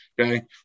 Okay